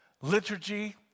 liturgy